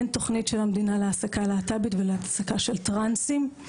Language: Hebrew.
אין תוכנית של המדינה להעסקה להט"בית ולהעסקה של טרנסים.